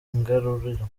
igaruriro